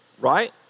right